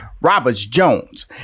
Roberts-Jones